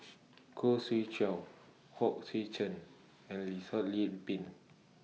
Khoo Swee Chiow Hong Sek Chern and Yih Pin